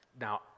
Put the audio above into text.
Now